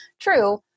true